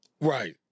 Right